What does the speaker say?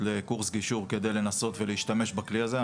לקורס גישור כדי לנסות להשתמש בכלי הזה.